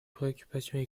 préoccupations